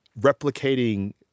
replicating